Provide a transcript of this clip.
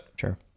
Sure